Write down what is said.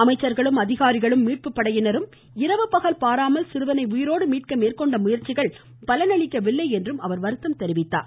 அமைச்சர்களும் அதிகாரிகளும் மீட்புபடையினரும் இரவு பகல் பாராமல் சிறுவனை உயிரோடு மீட்க மேற்கொண்ட முயற்சிகள் பலனளிக்கவில்லை என்றும் அவர் வருத்தம் தெரிவித்தார்